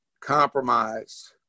compromise